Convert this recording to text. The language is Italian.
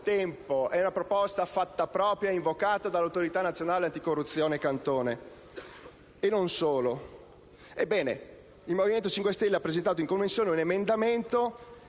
tempo. È una proposta fatta propria e invocata dal presidente dell'autorità nazionale anticorruzione Cantone e non solo. Il Movimento 5 Stelle ha presentato in Commissione un emendamento